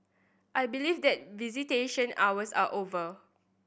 I believe that visitation hours are over